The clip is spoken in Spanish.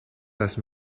las